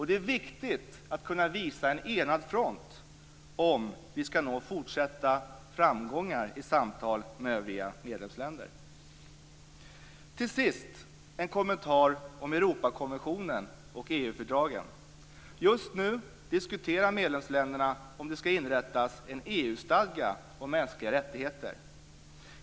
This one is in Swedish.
Det är viktigt att kunna visa en enad front om vi skall nå fortsatta framgångar i samtal med övriga medlemsländer. Till sist en kommentar om Europakonventionen och EU-fördragen. Just nu diskuterar medlemsländerna om det skall inrättas en EU-stadga om mänskliga rättigheter.